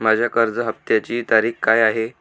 माझ्या कर्ज हफ्त्याची तारीख काय आहे?